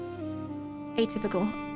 atypical